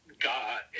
God